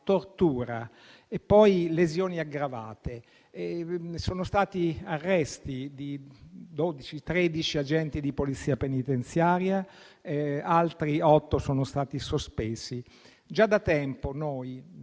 tortura e poi lesioni aggravate. Ci sono stati arresti di 12 o 13 agenti di Polizia penitenziaria e altri otto sono stati sospesi. Già da tempo il